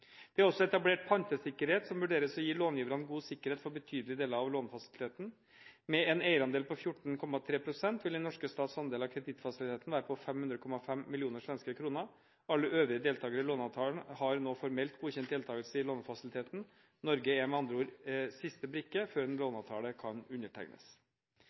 Det er også etablert pantesikkerhet som vurderes å gi långiverne god sikkerhet for betydelige deler av lånefasiliteten. Med en eierandel på 14,3 pst. vil den norske stats andel av kredittfasiliteten være på 500,5 mill. svenske kroner. Alle øvrige deltakere i låneavtalen har nå formelt godkjent deltagelse i lånefasiliteten. Norge er med andre ord siste brikke før en låneavtale kan undertegnes.